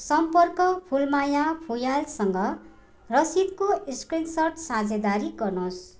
सम्पर्क फुलमाया फुँयालसँग रसिदको स्क्रिनसट साझेदारी गर्नुहोस्